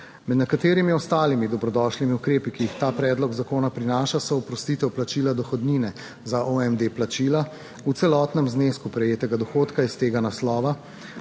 Med nekaterimi ostalimi dobrodošlimi ukrepi, ki jih ta predlog zakona prinaša, so oprostitev plačila dohodnine za OMD plačila v celotnem znesku prejetega dohodka iz tega naslova,